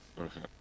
okay